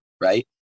right